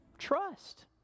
trust